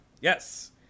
Yes